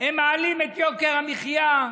הם מעלים את יוקר המחיה,